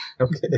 Okay